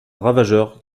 ravageur